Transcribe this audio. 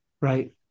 right